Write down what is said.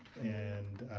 and,